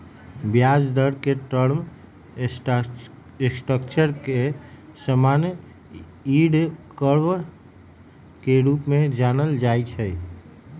ब्याज दर के टर्म स्ट्रक्चर के समान्य यील्ड कर्व के रूपे जानल जाइ छै